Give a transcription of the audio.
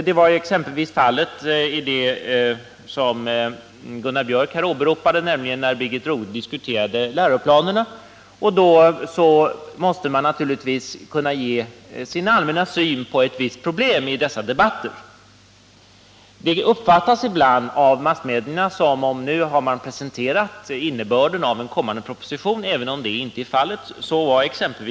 Det var exempelvis fallet i det sammanhang som Gunnar Biörck i Värmdö åberopade, nämligen vid det tillfälle när Birgit Rodhe diskuterade läroplanerna. I sådana sammanhang måste man naturligtvis kunna ge uttryck för sin allmänna syn på ett visst problem. Detta uppfattas ibland av massmedia som att man har presenterat innebörden av en framtida proposition, även om så inte är fallet. Så vart.ex.